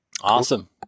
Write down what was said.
Awesome